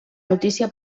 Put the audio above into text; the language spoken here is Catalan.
notícia